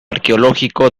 arqueológico